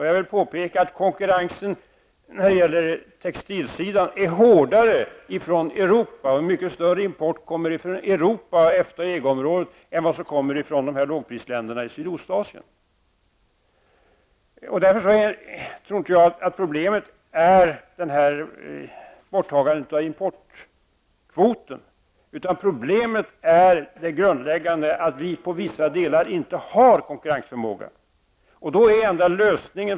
Jag vill påpeka att konkurrensen när det gäller textilsidan är hårdare från Europa. Importen är större från Europa, från EFTA och EG-området än från lågprisländerna i Sydostasien. Därför tror jag inte att problemet är borttagandet av importkvoten. Det grundläggande problemet är att vi inte har konkurrensförmåga på vissa delar av det här området.